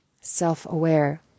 self-aware